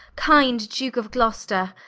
kinde duke of gloster,